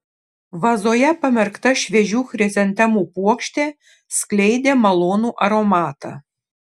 vazoje pamerkta šviežių chrizantemų puokštė skleidė malonų aromatą